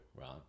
right